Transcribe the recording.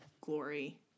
glory